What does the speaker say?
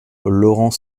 laurent